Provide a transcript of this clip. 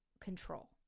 control